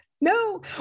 no